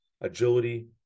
Agility